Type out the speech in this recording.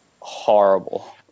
horrible